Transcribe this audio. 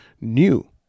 new